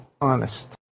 honest